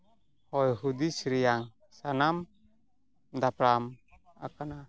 ᱦᱚᱭ ᱦᱩᱫᱤᱥ ᱨᱮᱭᱟᱜ ᱥᱟᱱᱟᱢ ᱫᱟᱯᱨᱟᱢ ᱟᱠᱟᱱᱟ